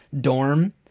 dorm